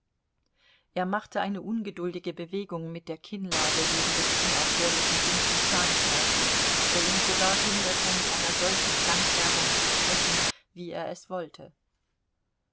er machte eine ungeduldige bewegung mit der kinnlade wegen des unaufhörlichen dumpfen zahnschmerzes der ihn sogar hinderte mit einer solchen klangfärbung zu sprechen wie er es wollte